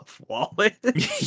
Wallet